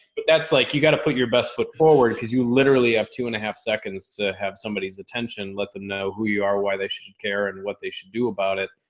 but that's like you got to put your best foot forward because you literally have two and a half seconds to have somebody's attention. let them know who you are, why they should should care, and what they should do about it.